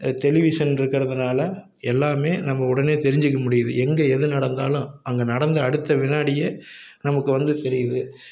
television இருக்கிறதுனால எல்லாமே நம்ம உடனே தெரிஞ்சிக்க முடியுது எங்கே எது நடந்தாலும் அங்க நடந்த அடுத்த வினாடியே நமக்கு வந்து தெரியுது